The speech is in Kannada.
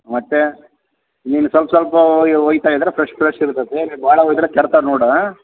ಮತ್ತೆ ನೀನು ಸ್ವಲ್ಪ ಸ್ವಲ್ಪ ಒಯ್ಯಿ ಒಯ್ತಾ ಇದ್ದರೆ ಫ್ರೆಶ್ ಫ್ರೆಶ್ ಇರ್ತತೇ ಇಲ್ಲಿ ಭಾಳ ಒಯ್ದರೆ ಕೆಡ್ತವೆ ನೋಡು